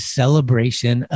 celebration